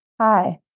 Hi